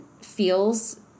feels